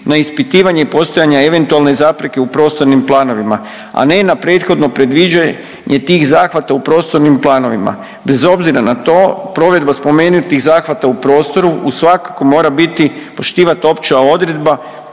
na ispitivanje i postojanja eventualne zapreke u prostornim planovima, a ne na prethodno predviđanje tih zahvata u prostornim planovima. Bez obzira na to provedba spomenutih zahvata u prostoru svakako mora biti, poštivat opća odredba